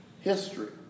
history